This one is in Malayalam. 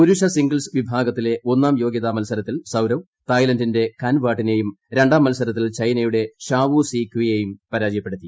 പുരുഷ സിംഗിൾസ് വിഭാഗത്തിലെ ഒന്നാം യോഗ്യതാ മത്സരത്തിൽ സൌരവ് തായ്ലാന്റിന്റെ കന്റവാട്ടിനേയും രണ്ടാം മത്സരത്തിൽ ചൈനയുടെ ഷാവു സീ കിയെയും പരാജയപ്പെടുത്തി